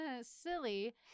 Silly